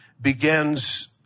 begins